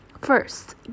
First